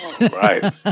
Right